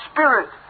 Spirit